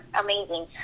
amazing